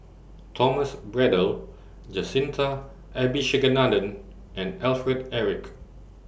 Thomas Braddell Jacintha Abisheganaden and Alfred Eric